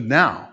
now